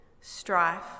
strife